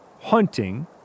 hunting